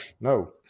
no